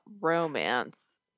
romance